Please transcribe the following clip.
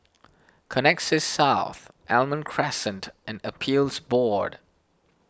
Connexis South Almond Crescent and Appeals Board